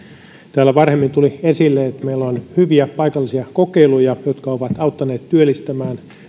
täällä varhemmin tuli esille että meillä on hyviä paikallisia kokeiluja jotka ovat auttaneet työllistämään